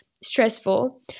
stressful